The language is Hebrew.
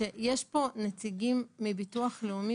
שיש פה נציגים מביטוח לאומי